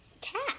Cat